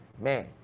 man